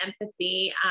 empathy